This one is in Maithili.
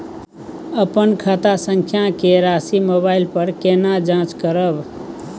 अपन खाता संख्या के राशि मोबाइल पर केना जाँच करब?